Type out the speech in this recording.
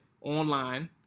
online